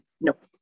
Nope